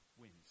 wins